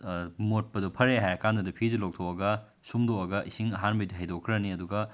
ꯃꯣꯠꯄꯗꯣ ꯐꯔꯦ ꯍꯥꯏꯔꯀꯥꯟꯗꯨꯗ ꯐꯤꯗꯣ ꯂꯧꯊꯣꯛꯑꯒ ꯁꯨꯝꯗꯣꯛꯑꯒ ꯏꯁꯤꯡ ꯑꯍꯥꯟꯕꯩꯗꯣ ꯍꯩꯗꯣꯛꯈ꯭ꯔꯅꯤ ꯑꯗꯨꯒ